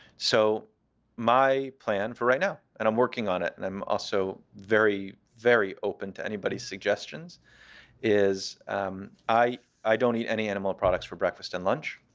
so my plan for right now and i'm working on it, and i'm also very, very open to anybody's suggestions is i i don't eat any animal products for breakfast and lunch.